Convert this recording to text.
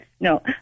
No